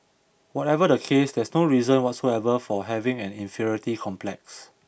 whatever the case there's no reason whatsoever for having an inferiority complex